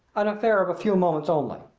an affair of a few moments only.